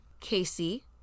Casey